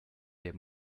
der